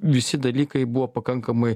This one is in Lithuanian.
visi dalykai buvo pakankamai